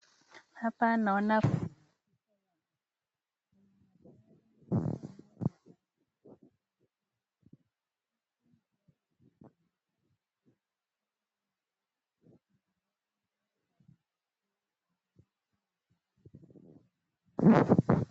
Hapa naona watu hawatoi sauti kabisa kipindi cha mazungumzo labda mitambo ina tatizo na ikishughulikiwa itakua bora.